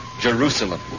Jerusalem